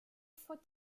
fois